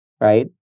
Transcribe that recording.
right